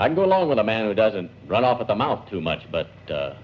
i go along with a man who doesn't run off at the mouth too much but